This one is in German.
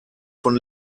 von